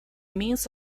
means